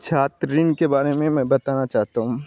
छात्र ऋण के बारे में मैं बताना चाहता हूँ